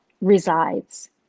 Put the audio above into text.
resides